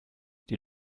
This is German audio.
die